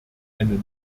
eine